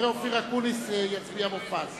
אחרי אופיר אקוניס יצביע מופז.